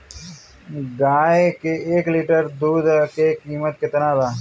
गाए के एक लीटर दूध के कीमत केतना बा?